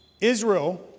Israel